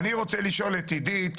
אני רוצה לפנות למאיר צור,